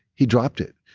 he dropped it.